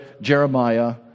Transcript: Jeremiah